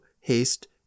haste